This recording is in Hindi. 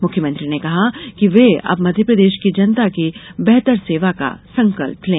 मुख्यमंत्री ने कहा कि वे अब मध्यप्रदेश की जनता की बेहतर सेवा का संकल्प लें